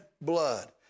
blood